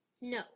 No